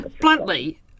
bluntly